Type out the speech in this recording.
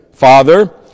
Father